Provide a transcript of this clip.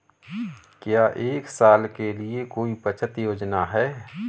क्या एक साल के लिए कोई बचत योजना है?